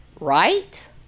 right